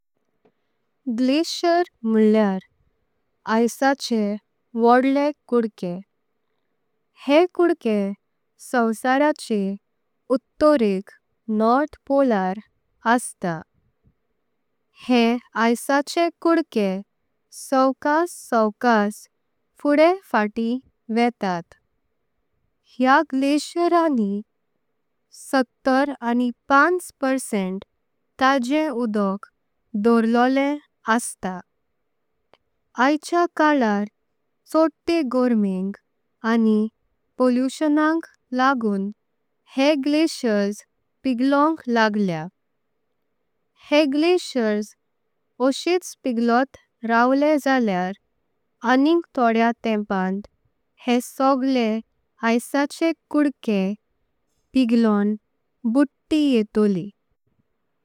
ग्लेशियर म्होळ्लें आइसाचें व्हडलें कुडके। हे कुडके सोंसाराचें उत्तोरेक नॉर्थ पोलार। असता हे आइसाचें कुडके सोवकास। सोवकास फुडें फाट्टीं वेटात हेय ग्लेशियरांनी। सत्तर आनी पंच परसेंट तांजे उदक धरलें। असतां आइचें काळार छोड़े गोरमेक आनी। पॉल्युश्नाक लागून हे ग्लेशियरस पिगळोंक। लागलें हे ग्लेशियरस ऑक्सेच पिगळत। रावले जाल्यार आनीक तोडे तापांन्त हे। सगळें आइसाचें कुडके पिगळों बुडीं येताली।